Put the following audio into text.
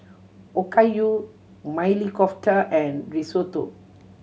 Okayu Maili Kofta and Risotto